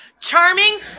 Charming